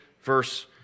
verse